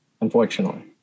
unfortunately